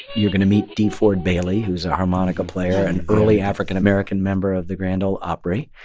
you're going to meet de ford bailey, who's a harmonica player, an early african american member of the grand ole opry,